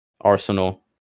Arsenal